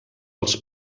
als